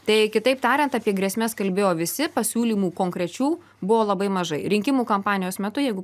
tai kitaip tariant apie grėsmes kalbėjo visi pasiūlymų konkrečių buvo labai mažai rinkimų kampanijos metu jeigu